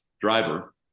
driver